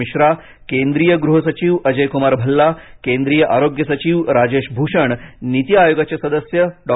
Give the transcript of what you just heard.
मिश्रा केंद्रीय गृह सचिव अजयकुमार भल्ला केंद्रीय आरोग्य सचिव राजेश भूषण नीती आयोगाचे सदस्य डॉ